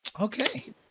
Okay